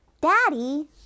Daddy